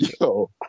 Yo